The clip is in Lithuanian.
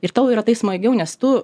ir tau yra tai smagiau nes tu